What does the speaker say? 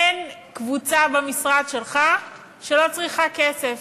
אין קבוצה במשרד שלך שלא צריכה כסף.